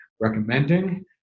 recommending